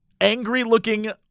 angry-looking